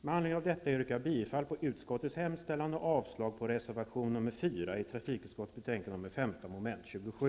Med anledning av detta yrkar jag bifall till utskottets hemställan och avslag på reservation 4 i trafikutskottets betänkande 15 mom. 27.